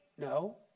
no